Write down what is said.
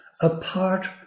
apart